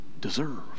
deserve